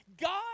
God